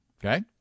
Okay